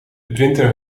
printer